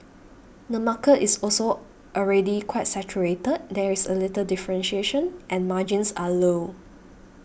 the market is also already quite saturated there is a little differentiation and margins are low